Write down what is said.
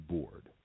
Board